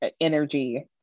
energy